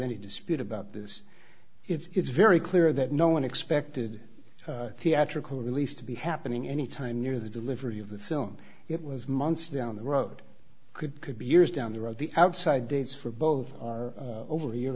any dispute about this it's very clear that no one expected theatrical release to be happening any time near the delivery of the film it was months down the road could could be years down the road the outside dates for both over a year